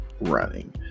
running